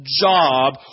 job